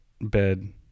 bed